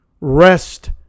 Rest